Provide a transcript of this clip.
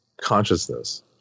consciousness